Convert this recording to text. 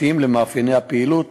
מתאים למאפייני הפעילות